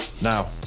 Now